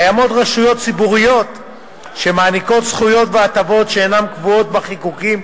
יש רשויות ציבוריות שמעניקות זכויות והטבות שאינן קבועות בחיקוקים,